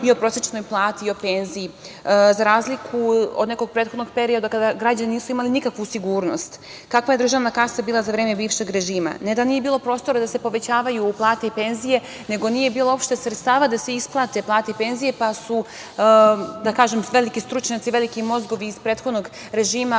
i o prosečnoj plati i o penziji. Za razliku od nekog prethodnog perioda kada građani nisu imali nikakvu sigurnost, kakva je državna kasa bila za vreme bivšeg režima, ne da nije bilo prostora da se povećavaju plate i penzije, nego nije bilo uopšte sredstava da se isplate plate i penzije, pa su, da kažem, veliki stručnjaci, veliki mozgovi iz prethodnog režima